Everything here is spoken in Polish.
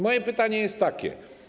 Moje pytanie jest takie.